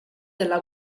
della